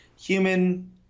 human